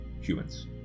humans